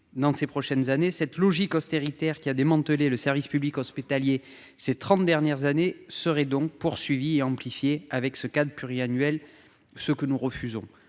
de ces prochaines années, cette logique austéritaire qui a démantelé le service public hospitalier ces 30 dernières années seraient donc poursuivies et amplifiées avec ce cadre pluriannuel, ce que nous refusons